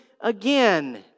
again